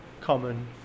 common